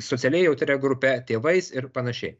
socialiai jautria grupe tėvais ir panašiai